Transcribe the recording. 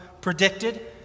predicted